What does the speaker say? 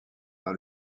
par